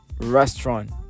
restaurant